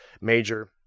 major